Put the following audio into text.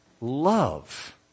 love